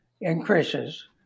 increases